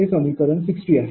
हे समीकरण 60 आहे